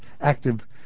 active